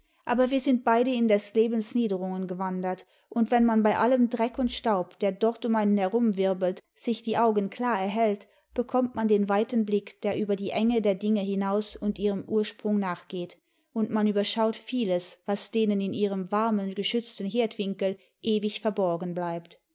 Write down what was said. aber wir sind beide in des lebens niederungen gewandert und wenn man bei allem dreck und staub der dort um einen herumwirbelte sich die augen klar erhält bekommt man den weiten blick der über die enge der dinge hinaus und ihrem ursprung nachgeht und man überschaut vieles was denen in ihrem warmen geschützten herdwinkel ewig verborgen bleibt